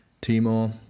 Timor